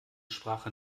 sprache